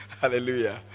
hallelujah